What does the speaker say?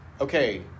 okay